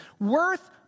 Worth